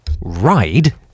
Ride